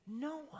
No